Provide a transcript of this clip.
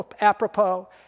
apropos